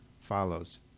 follows